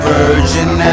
Virgin